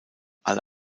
alle